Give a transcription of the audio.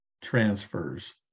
transfers